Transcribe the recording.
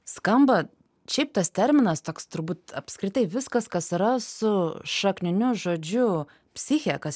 skamba šiaip tas terminas toks turbūt apskritai viskas kas yra su šakniniu žodžiu psiche kas